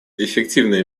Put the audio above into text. эффективное